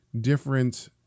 different